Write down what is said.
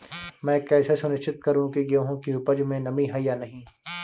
मैं कैसे सुनिश्चित करूँ की गेहूँ की उपज में नमी है या नहीं?